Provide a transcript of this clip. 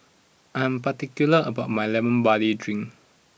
I am particular about my Lemon Barley Drink